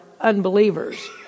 unbelievers